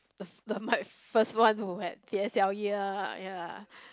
the f~ the my first one who had P_S_L_E ya ya